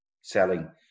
selling